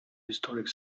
historic